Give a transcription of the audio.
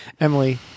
Emily